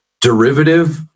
derivative